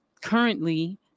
currently